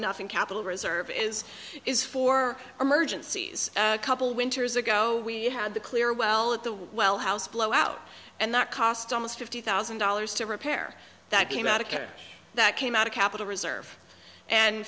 enough in capital reserve is is for emergencies a couple winters ago we had the clear well at the well house blowout and that cost almost fifty thousand dollars to repair that came out of that came out of capital reserve and